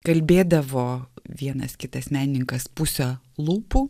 kalbėdavo vienas kitas menininkas puse lūpų